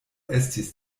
estis